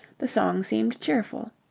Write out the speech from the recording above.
the song seemed cheerful.